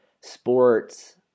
sports